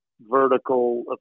vertical